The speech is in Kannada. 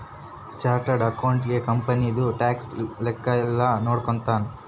ಚಾರ್ಟರ್ಡ್ ಅಕೌಂಟೆಂಟ್ ಕಂಪನಿದು ಟ್ಯಾಕ್ಸ್ ಲೆಕ್ಕ ಯೆಲ್ಲ ನೋಡ್ಕೊತಾನ